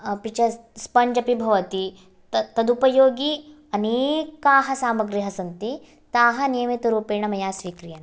अपि च स्पञ्ज् अपि भवति तदुपयोगी अनेका सामग्र्य सन्ति ता नियमितरूपेण मया स्वीक्रियन्ते